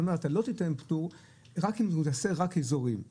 זאת אומרת אתה לא תיתן פטור רק אם הוא יעשה אזורים ומדוע?